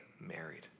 married